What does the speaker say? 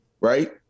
right